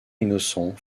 innocent